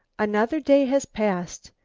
another day has passed,